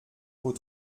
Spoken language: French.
vos